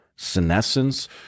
Senescence